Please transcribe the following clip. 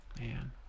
Man